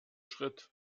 schritt